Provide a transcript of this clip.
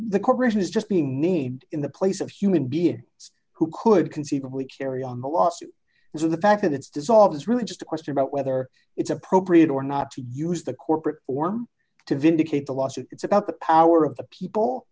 the corporation is just being need in the place of human beings who could conceivably carry on the lawsuit and so the fact that it's dissolved is really just a question about whether it's appropriate or not to use the corporate form to vindicate the lawsuit it's about the power of the people